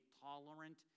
tolerant